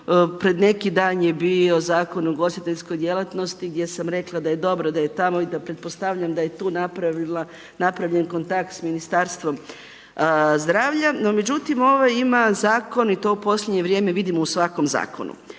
Pred neki dan je bio Zakon o ugostiteljskoj djelatnosti gdje sam rekla da je dobro da je tamo i da pretpostavljam da je tu napravljen kontakt sa Ministarstvom zdravlja. No međutim ovaj ima zakon i to u posljednje vrijeme u svakom zakonu